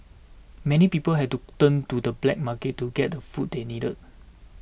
many people had to turn to the black market to get the food they needed